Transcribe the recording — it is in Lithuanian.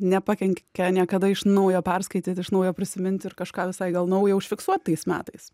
nepakenkė niekada iš naujo perskaityti iš naujo prisiminti ir kažką visai gal naujo užfiksuoti tais metais